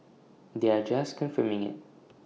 they are just confirming IT